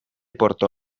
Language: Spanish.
porto